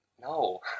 No